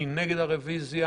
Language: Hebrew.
מי נגד הרביזיה